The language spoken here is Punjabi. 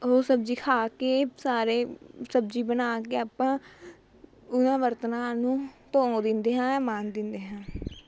ਉਹ ਸਬਜ਼ੀ ਖਾ ਕੇ ਸਾਰੇ ਸਬਜ਼ੀ ਬਣਾ ਕੇ ਆਪਾਂ ਉਹਨਾਂ ਬਰਤਨਾਂ ਨੂੰ ਧੋ ਦਿੰਦੇ ਹਾਂ ਮਾਂਜ ਦਿੰਦੇ ਹਾਂ